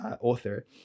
author